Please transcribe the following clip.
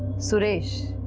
suresh.